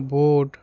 boat